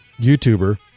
YouTuber